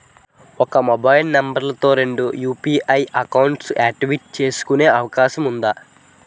ఒక mobile number తో రెండు యు.పి.ఐ అకౌంట్స్ యాక్టివేట్ చేసుకునే అవకాశం వుందా?